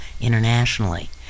internationally